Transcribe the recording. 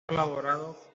colaborado